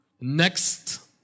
Next